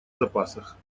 запасах